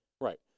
Right